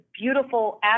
beautiful